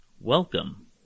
welcome